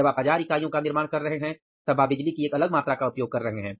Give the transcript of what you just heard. जब आप हजार इकाइयों का निर्माण कर रहे हैं तब आप बिजली की एक अलग मात्रा का उपयोग कर रहे हैं